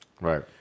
Right